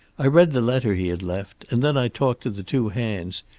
i read the letter he had left, and then i talked to the two hands,